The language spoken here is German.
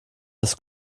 das